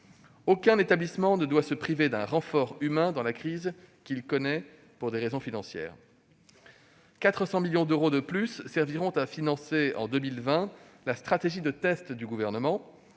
Aucun établissement ne doit se priver d'un renfort humain dans la crise qu'il connaît pour des raisons financières. Par ailleurs, 400 millions d'euros de plus serviront à financer en 2020 la stratégie de tests du Gouvernement